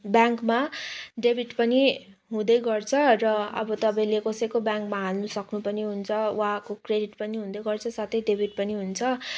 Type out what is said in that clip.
ब्याङ्कमा डेबिट पनि हुँदैगर्छ र अब तपाईँले कसैको ब्याङ्कमा हाल्नसक्नु पनि हुन्छ उहाँको क्रेडिट पनि हुँदैगर्छ साथै डेबिट पनि हुन्छ